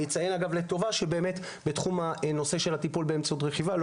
אני אציין לטובה שבנושא הטיפול באמצעות רכיבה לא